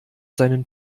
seinen